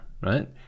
right